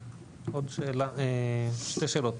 עוד שתי שאלות.